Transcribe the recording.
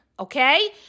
Okay